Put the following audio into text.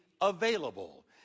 available